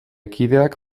kideak